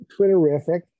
Twitterific